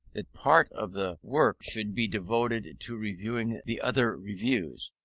that part of the work should be devoted to reviewing the other reviews,